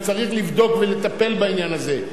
וצריך לבדוק ולטפל בעניין הזה.